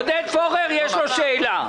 לעודד פורר יש שאלה.